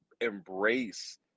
embrace